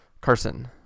Carson